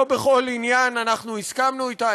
לא בכל עניין אנחנו הסכמנו אתה,